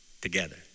together